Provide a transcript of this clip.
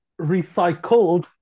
recycled